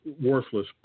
worthless